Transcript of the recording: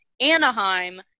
anaheim